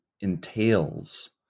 entails